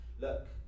look